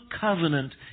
covenant